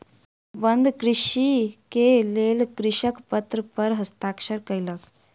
अनुबंध कृषिक लेल कृषक पत्र पर हस्ताक्षर कयलक